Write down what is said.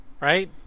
right